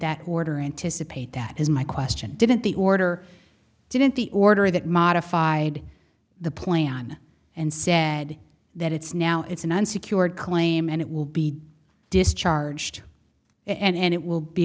that order anticipate that is my question didn't the order didn't the order that modified the plan and said that it's now it's an unsecured claim and it will be discharged and it will be